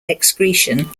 excretion